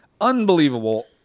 unbelievable